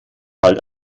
halt